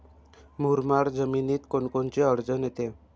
मुरमाड जमीनीत कोनकोनची अडचन येते?